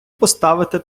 поставити